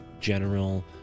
general